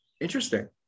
Interesting